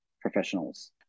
professionals